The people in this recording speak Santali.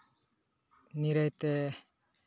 ᱱᱤᱨᱟᱹᱭ ᱛᱮ